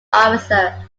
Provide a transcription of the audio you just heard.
officer